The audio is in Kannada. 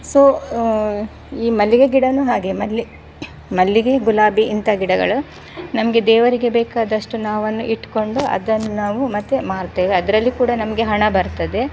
ಸೊ ಈ ಮಲ್ಲಿಗೆ ಗಿಡ ಹಾಗೆ ಮಲ್ಲಿ ಮಲ್ಲಿಗೆ ಗುಲಾಬಿ ಇಂಥ ಗಿಡಗಳು ನಮಗೆ ದೇವರಿಗೆ ಬೇಕಾದಷ್ಟು ನಾವನ್ನು ಇಟ್ಕೊಂಡು ಅದನ್ನು ನಾವು ಮತ್ತು ಮಾರ್ತೇವೆ ಅದರಲ್ಲಿ ಕೂಡ ನಮಗೆ ಹಣ ಬರ್ತದೆ